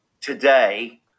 today